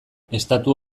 estatu